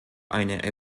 eine